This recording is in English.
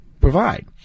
provide